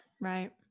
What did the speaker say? Right